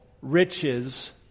Riches